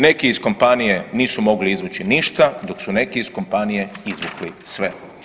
Neki iz kompanije nisu mogli izvući ništa, dok su neki iz kompanije izvukli sve.